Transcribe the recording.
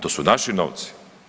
To su naši novci.